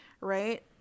right